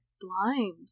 blind